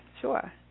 Sure